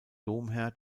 domherr